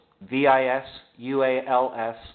V-I-S-U-A-L-S